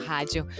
Rádio